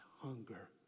hunger